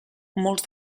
molts